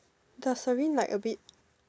does serene like a bit